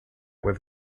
with